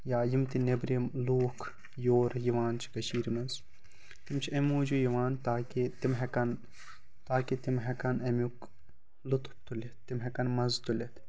یا یِم تہِ نٮ۪برِم لوٗکھ یور یِوان چھِ کٔشیٖرِ منٛز تِم چھِ اَمۍ موٗجوٗب یِوان تاکہِ تِم ہٮ۪کَن تاکہِ تِم ہٮ۪کَن اَمیُک لُطُف تُلِتھ تِم ہٮ۪کَن مَزٕ تُلِتھ